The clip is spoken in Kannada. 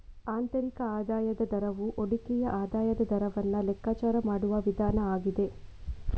ಆಂತರಿಕ ಆದಾಯದ ದರವು ಹೂಡಿಕೆಯ ಆದಾಯದ ದರವನ್ನ ಲೆಕ್ಕಾಚಾರ ಮಾಡುವ ವಿಧಾನ ಆಗಿದೆ